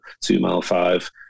two-mile-five